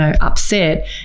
upset